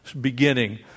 beginning